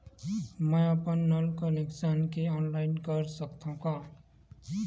मैं अपन नल कनेक्शन के ऑनलाइन कर सकथव का?